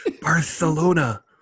Barcelona